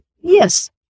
yes